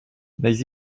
mais